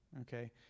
okay